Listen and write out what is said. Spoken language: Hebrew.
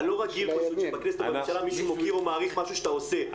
אני לא רגיל פשוט שבכנסת או בממשלה מישהו מוקיר ומעריך משהו שאתה עושה,